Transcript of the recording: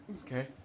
Okay